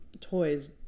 toys